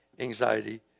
anxiety